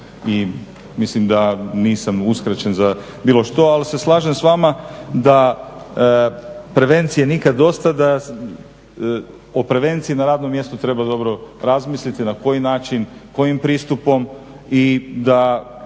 i mislim da nisam uskraćen za bilo što. Ali se slažem s vama da prevencije nikad dosta, o prevenciji na radnom mjestu treba dobro razmisliti na koji način, kojim pristupom i da